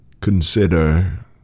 consider